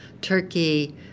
Turkey